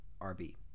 RB